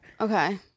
okay